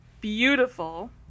Beautiful